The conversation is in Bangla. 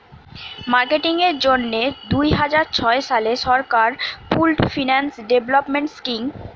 মার্কেটিং এর জন্যে দুইহাজার ছয় সালে সরকার পুল্ড ফিন্যান্স ডেভেলপমেন্ট স্কিং ঘোষণা কোরেছে